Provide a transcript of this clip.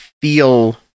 feel